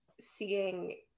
seeing